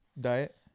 Diet